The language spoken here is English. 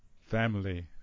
Family